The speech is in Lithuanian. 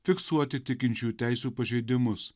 fiksuoti tikinčiųjų teisių pažeidimus